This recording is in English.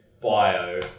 bio